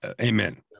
Amen